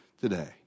today